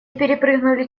перепрыгнули